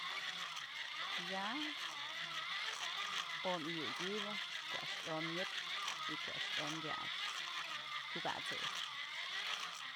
Ya'a omy ëyëkyby ko'o a'ax yom nyëpyë y ko'o a'ax yom kyach kyukasëy.